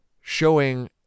showing